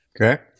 Okay